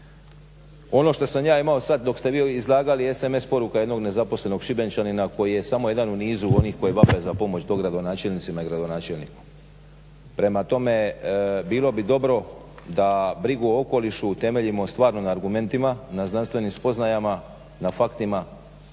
Ono što sam ja imao sad dok ste vi izlagali, SMS poruka jednog nezaposlenog Šibenčanina koji je samo jedan u nizu onih koji vape za pomoć dogradonačelnicima i gradonačelniku. Prema tome, bilo bi dobro da brigu o okolišu utemeljimo stvarno na argumentima, na znanstvenim spoznajama, na faktima,